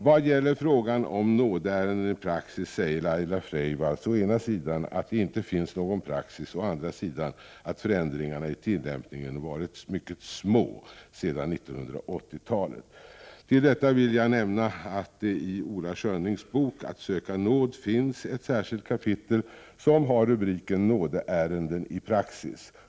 Vad gäller min fråga om nådeärenden i praxis säger Laila Freivalds å ena sidan att det inte finns någon praxis och å andra sidan att förändringarna i tillämpningen varit mycket små under 1980-talet. Till detta vill jag nämna att det i Ola Schönnings bok Att söka nåd finns ett särskilt kapitel som har rubriken Nådeärenden i praxis.